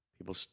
People